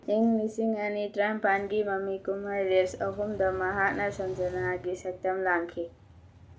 ꯏꯪ ꯂꯤꯁꯤꯡ ꯑꯅꯤ ꯇ꯭ꯔꯥꯝꯄꯥꯟꯒꯤ ꯃꯃꯤ ꯀꯨꯝꯍꯩ ꯔꯦꯁ ꯑꯍꯨꯝꯗ ꯃꯍꯥꯛꯅ ꯁꯟꯖꯅꯥꯒꯤ ꯁꯛꯇꯝ ꯂꯥꯡꯈꯤ